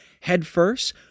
headfirst